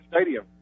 stadium